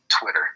Twitter